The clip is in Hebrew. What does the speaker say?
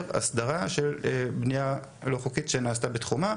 הסדרה של בנייה לא חוקית שנעשתה בתחומה,